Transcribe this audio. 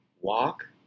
Walk